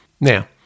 Now